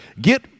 get